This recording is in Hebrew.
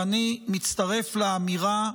ואני מצטרף לאמירה: